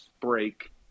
break